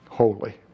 Holy